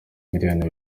miliyoni